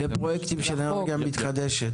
לפרויקטים של אנרגיה מתחדשת?